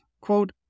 Quote